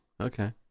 Okay